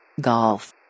Golf